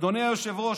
אדוני היושב-ראש,